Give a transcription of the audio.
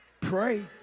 pray